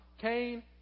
Cain